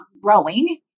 growing